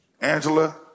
Angela